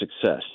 success